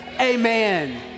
amen